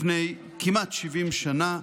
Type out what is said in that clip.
לפני כמעט 70 שנה.